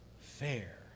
fair